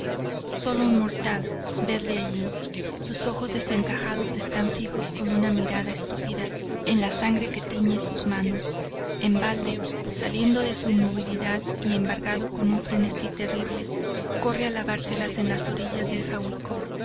sólo un mortal vedle allí sus ojos desencajados están fijos con una mirada estúpida en la sangre que tiñe sus manos en balde saliendo de su inmovilidad y embargado de un frenesí terrible corre a lavárselas en las orillas del